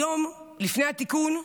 היום, לפני התיקון,